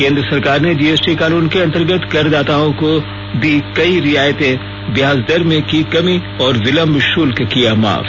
केन्द्र सरकार ने जीएसटी कानून के अंतर्गत करदाताओं को दी कई रियायतें ब्याज दर में की कमी और विलंब शुल्क किया माफ